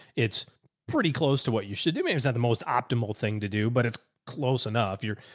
it's pretty close to what you should do. maybe not the most optimal thing to do, but it's close enough. you're,